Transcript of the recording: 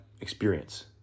experience